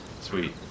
sweet